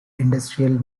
industrial